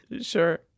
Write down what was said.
Sure